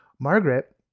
Margaret